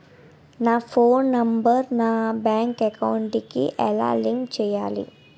నా phone number నా bank account కి ఎలా లింక్ చేయాలి?